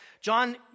John